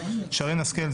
שרן השכל,